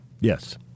Yes